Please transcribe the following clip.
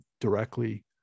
directly